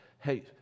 hey